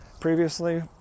previously